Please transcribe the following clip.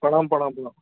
प्रणाम प्रणाम प्रणाम